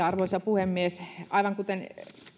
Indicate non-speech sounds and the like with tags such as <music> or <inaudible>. <unintelligible> arvoisa puhemies aivan kuten